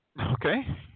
Okay